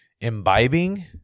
imbibing